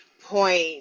point